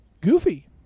goofy